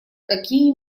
какие